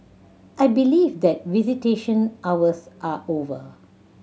I believe that visitation hours are over